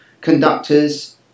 conductors